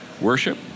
worship